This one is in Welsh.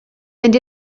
mynd